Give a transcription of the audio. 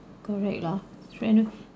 correct lah try not